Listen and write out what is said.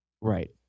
Right